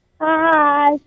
Hi